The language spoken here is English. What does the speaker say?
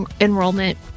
enrollment